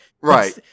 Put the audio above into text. Right